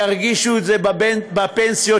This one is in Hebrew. ירגישו את זה בפנסיות,